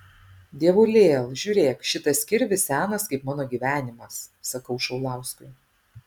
dievulėl žiūrėk šitas kirvis senas kaip mano gyvenimas sakau šaulauskui